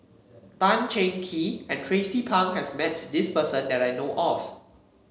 Tan Cheng Kee and Tracie Pang has met this person that I know of